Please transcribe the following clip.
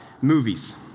movies